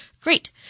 Great